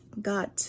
God